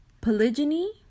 Polygyny